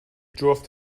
جفت